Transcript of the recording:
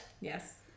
Yes